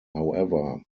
however